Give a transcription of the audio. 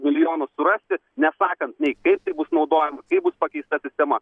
milijonus surasi nesakant nei kaip tai bus naudojama kaip bus pakeista sistema